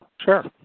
Sure